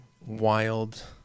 wild